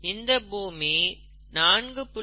இந்த பூமி 4